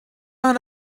out